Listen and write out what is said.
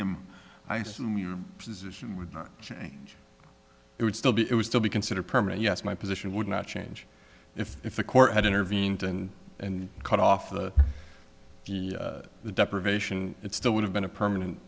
isom your position would not change it would still be it was still be considered permanent yes my position would not change if the court had intervened in and cut off the the deprivation it still would have been a permanent